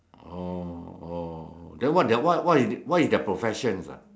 oh oh then what their what what is what is their professions ah